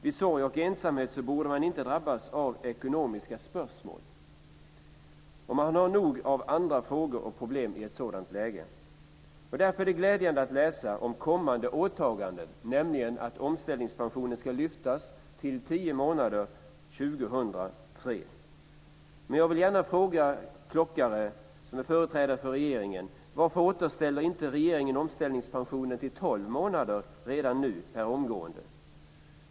Vid sorg och ensamhet borde man inte drabbas av ekonomiska spörsmål. Man har i ett sådant läge nog med andra frågor och problem. Därför är det glädjande att läsa om ett kommande åtagande om att omställningspensionen ska utsträckas till tio månader efter 2003. Men jag vill fråga kammarens företrädare för regeringen: Varför återställer inte regeringen omställningspensionen till tolv månader redan per omgående?